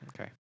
Okay